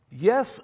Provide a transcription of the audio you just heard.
yes